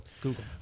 google